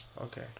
Okay